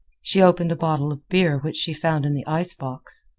she opened a bottle of beer which she found in the icebox.